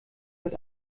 mit